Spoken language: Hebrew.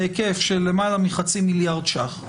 הם מקיימים דיון, תומכים, מתנגדים, צועקים